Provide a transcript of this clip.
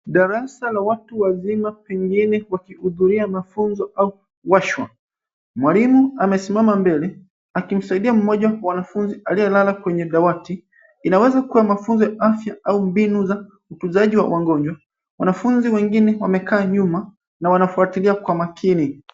Darasa la watu wazima pengine wakihudhuria mafunzo au washwa. Mwalimu amesimama mbele akimsaidia mmoja wa wanafunzi aliyelala kwenye dawati. Inaweza kuwa mafunzo ya afya au mbinu za utunzaji wa wagonjwa. Wanafunzi wengine wamekaa nyuma na wanafuatilia kwa makini.